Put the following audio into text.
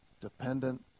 dependent